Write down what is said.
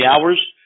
hours